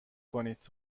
کنید